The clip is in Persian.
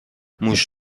موش